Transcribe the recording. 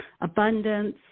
abundance